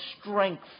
strength